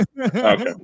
Okay